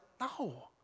no